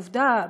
עובדה,